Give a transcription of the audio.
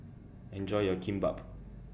Enjoy your Kimbap